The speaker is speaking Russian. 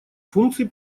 функций